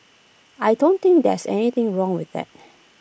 I don't think there's anything wrong with that